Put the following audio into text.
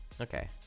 Okay